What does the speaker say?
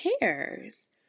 cares